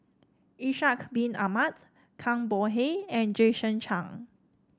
Ishak Bin Ahmad Zhang Bohe and Jason Chan